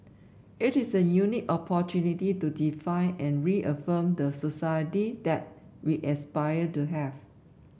it is a unique opportunity to define and reaffirm the society that we aspire to have